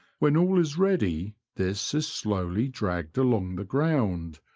when all is ready this is slowly dragged along the ground,